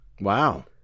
Wow